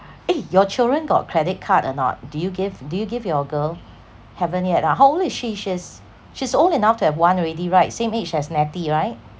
eh your children got credit card or not do you give do you give your girl haven't yet ah how old is she she's she's old enough to have one already right same age as netty right